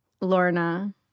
Lorna